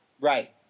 Right